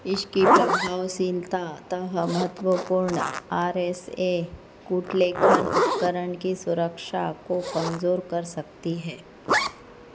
इसकी प्रभावशीलता अन्तत महत्वपूर्ण आर एस ए कूटलेखन उपकरण की सुरक्षा को कमज़ोर कर सकती है